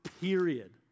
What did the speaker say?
period